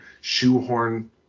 shoehorn